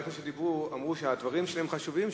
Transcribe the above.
אמרו שהדברים שלהם חשובים,